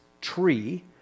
tree